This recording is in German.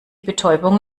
betäubung